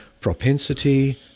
propensity